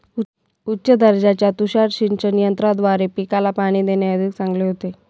उच्च दर्जाच्या तुषार सिंचन यंत्राद्वारे पिकाला पाणी देणे अधिक चांगले होते